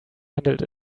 handled